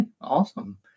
awesome